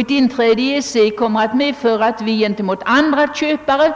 Ett inträde i EEC måste medföra att vi gentemot andra köpare